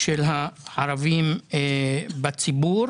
של הערבים בציבור".